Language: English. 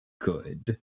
good